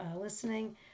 listening